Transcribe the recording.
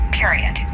period